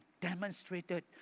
demonstrated